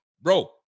bro